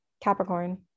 Capricorn